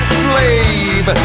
slave